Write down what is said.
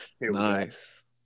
nice